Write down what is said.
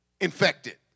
Infected